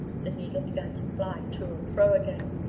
the needle began to fly to and fro again,